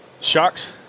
shocks